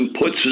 Puts